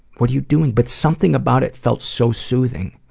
what are you doing? but something about it felt so soothing.